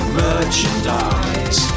merchandise